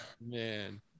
man